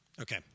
Okay